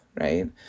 right